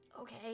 Okay